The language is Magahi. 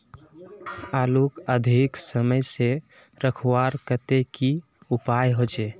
आलूक अधिक समय से रखवार केते की उपाय होचे?